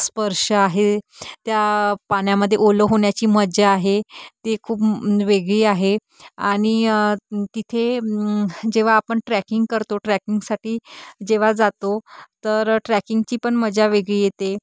स्पर्श आहे त्या पाण्यामध्ये ओलं होण्याची मजा आहे ती खूप वेगळी आहे आणि तिथे जेव्हा आपण ट्रॅकिंग करतो ट्रॅकिंगसाठी जेव्हा जातो तर ट्रॅकिंगची पण मजा वेगळी येते